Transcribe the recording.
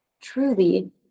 truly